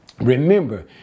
Remember